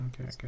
okay